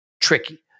tricky